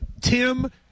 Tim